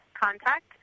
contact